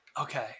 Okay